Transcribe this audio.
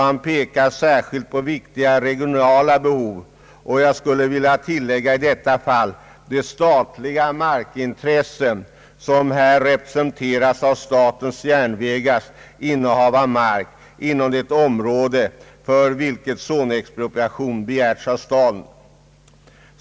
Han pekar särskilt på viktiga regionala behov. I detta fall tycks det också vara viktigt att tillgodose de statliga markintressen som representeras av statens järnvägars innehav av mark inom det område för vilket zonexpropriation begärts av staden.